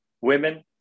women